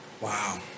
Wow